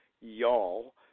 y'all